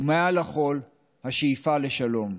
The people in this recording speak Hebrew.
ומעל לכול, השאיפה לשלום.